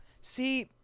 See